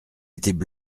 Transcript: étaient